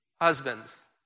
Husbands